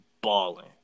balling